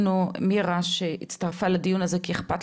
לחברתנו מירה שהצטרפה לדיון הזה כי אכפת